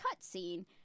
cutscene